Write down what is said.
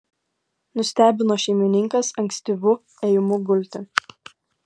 nustebino šeimininkas ankstyvu ėjimu gulti